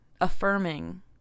affirming